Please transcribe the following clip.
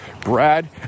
Brad